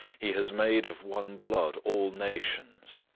he has made of one blood all nations.